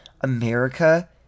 America